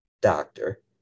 doctor